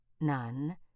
none